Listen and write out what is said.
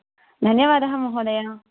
धन्यवादः महोदय